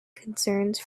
concerns